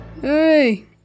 Hey